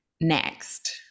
next